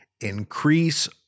increase